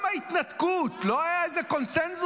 גם ההתנתקות, לא היה פה איזה קונסנזוס.